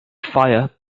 fire